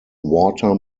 water